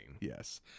Yes